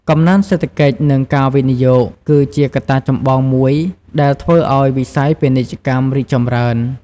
កំណើនសេដ្ឋកិច្ច និងការវិនិយោគ គឺជាកត្តាចម្បងមួយដែលធ្វើឱ្យវិស័យពាណិជ្ជកម្មរីកចម្រើន។